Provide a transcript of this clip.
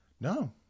No